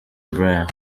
bryan